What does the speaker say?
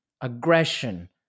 aggression